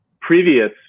previous